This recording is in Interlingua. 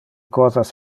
cosas